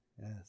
yes